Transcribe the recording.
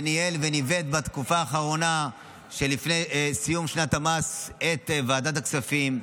ניהל וניווט בתקופה האחרונה שלפני סיום שנת המס את ועדת הכספים,